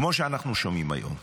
כמו שאנחנו שומעים היום.